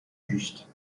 juste